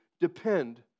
depend